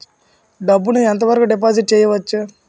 డబ్బు ను ఎంత వరకు డిపాజిట్ చేయవచ్చు?